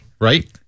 right